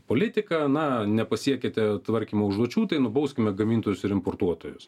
politiką na nepasiekiate tvarkymo užduočių tai nubauskime gamintojus ir importuotojus